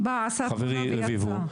חברי רביבו,